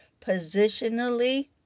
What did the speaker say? positionally